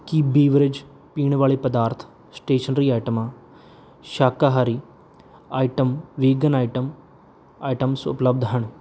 ਕੀ beverage ਪੀਣ ਵਾਲੇ ਪਦਾਰਥ ਸਟੇਸ਼ਨਰੀ ਆਈਟਮਾਂ ਸ਼ਾਕਾਹਾਰੀ ਆਈਟਮ ਵਿਗਨ ਆਈਟਮ ਆਇਟਮਸ ਉਪਲੱਬਧ ਹਨ